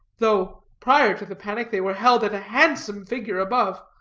though, prior to the panic, they were held at a handsome figure above.